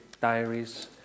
diaries